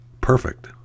perfect